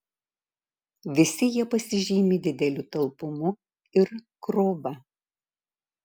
visi jie pasižymi dideliu talpumu ir krova